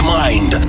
mind